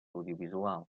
audiovisual